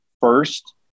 first